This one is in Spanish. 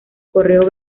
correo